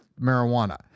marijuana